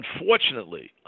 unfortunately